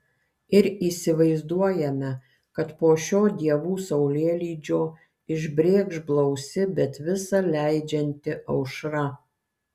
ir įsivaizduojame kad po šio dievų saulėlydžio išbrėkš blausi bet visa leidžianti aušra